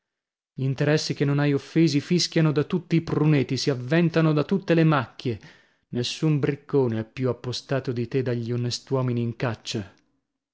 gambetto gl'interessi che non hai offesi fischiano da tutti i pruneti si avventano da tutte le macchie nessun briccone è più appostato di te dagli onest'uomini in caccia